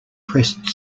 pressed